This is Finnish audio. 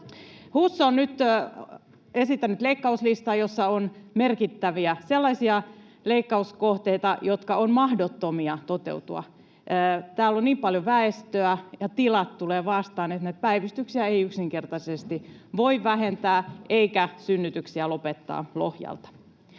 HUS on nyt esittänyt leikkauslistan, jossa on sellaisia merkittäviä leikkauskohteita, jotka ovat mahdottomia toteuttaa. [Maria Guzenina: Kokoomuksen johdolla!] Täällä on niin paljon väestöä ja tilat tulevat vastaan, että päivystyksiä ei yksinkertaisesti voi vähentää eikä synnytyksiä lopettaa Lohjalta.